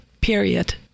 Period